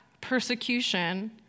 persecution